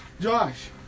Josh